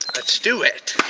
let's do it.